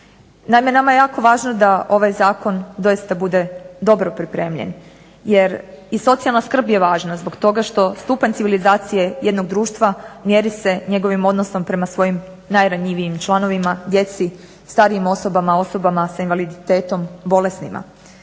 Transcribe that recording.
Naime, nama je jako važno da ovaj zakon doista bude dobro pripremljen. Jer i socijalna skrb je važna zbog toga što stupanj civilizacije jednog društva mjeri se njegovim odnosom prema svojim najranjivijim članovima, djeci, starijim osobama, osobama sa invaliditetom, bolesnima,